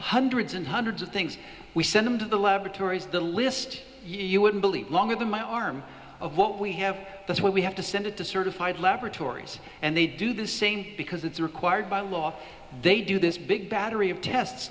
hundreds and hundreds of things we send them to the laboratories the list you wouldn't believe longer than my arm of what we have that's what we have to send it to certified laboratories and they do this because it's required by law they do this big battery of tests